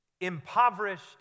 impoverished